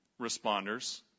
responders